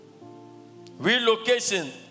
Relocation